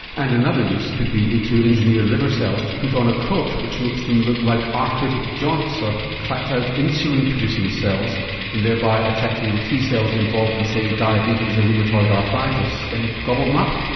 and another use could be to engineer liver cells to put on a coat which makes them look like arthritic joints or clapped out insulin producing cells and thereby attracting the t cells involved in say diabetes or rheumatoid arthritis then gobble them up.